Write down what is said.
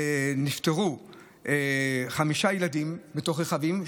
נפטרו חמישה ילדים בתוך רכבים.